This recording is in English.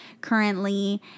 currently